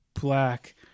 Black